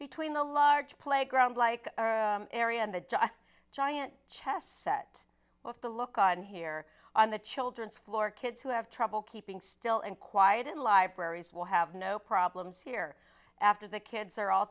between the large playground like area and the giant chess set the look on here on the children's floor kids who have trouble keeping still and quiet in libraries will have no problems here after the kids are all